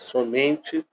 Somente